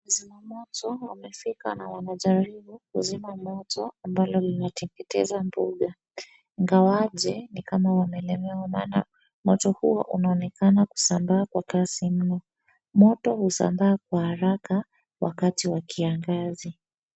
Wazimamoto wamefika na wanajribu kuzima moto ambalo linateketeza mbuga. Ingawaje ni kama wamelemewa maana moto huo unaonekana kusambaa kwa kasi mno. Moto husambaa kwa haraka wakati wa kiangazi.